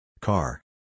Car